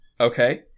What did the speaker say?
Okay